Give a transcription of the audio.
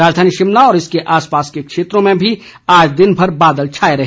राजधानी शिमला व इसके आस पास के क्षेत्रों में भी आज दिन भर बादल छाए रहे